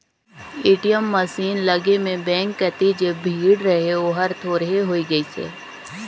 ATM machine लगे में bank कति जे भीड़ रहें ओहर थोरहें होय गईसे